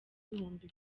ibihumbi